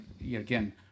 again